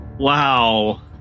Wow